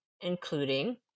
including